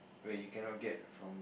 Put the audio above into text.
where you cannot get from